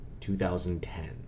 2010